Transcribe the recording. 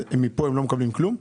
האם זה אומר שמפה הם לא מקבלים כלום?